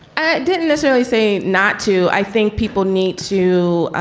i didn't necessarily say not to. i think people need to